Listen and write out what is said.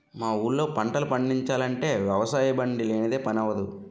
మా ఊళ్ళో పంటలు పండిచాలంటే వ్యవసాయబండి లేనిదే పని అవ్వదు